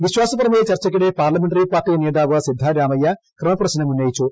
വിശ്വാസ പ്രമേയ ചർച്ചക്കിടെ പാർലമെന്ററി പാർട്ടി നേതാവ് സിദ്ധാരാമയ്യ ക്രമപ്രശ്നം ഉന്നയിച്ചു